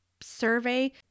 survey